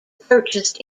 purchased